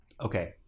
Okay